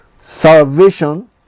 salvation